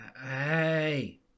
Hey